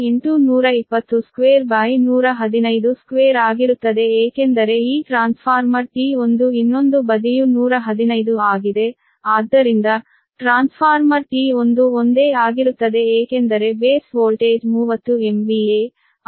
10 ಆಗಿರುತ್ತದೆ ಏಕೆಂದರೆ ಈ ಟ್ರಾನ್ಸ್ಫಾರ್ಮರ್ T1 ಇನ್ನೊಂದು ಬದಿಯು 115 ಆಗಿದೆ ಆದ್ದರಿಂದ ಟ್ರಾನ್ಸ್ಫಾರ್ಮರ್ T1 ಒಂದೇ ಆಗಿರುತ್ತದೆ ಏಕೆಂದರೆ ಬೇಸ್ ವೋಲ್ಟೇಜ್ 30 MVA 6